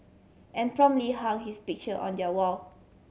and promptly hung his picture on their wall